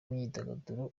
b’imyidagaduro